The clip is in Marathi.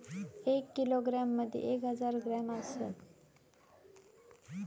एक किलोग्रॅम मदि एक हजार ग्रॅम असात